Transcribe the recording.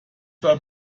war